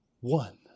one